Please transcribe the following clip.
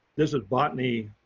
this is botany.